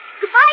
Goodbye